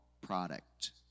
product